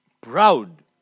Proud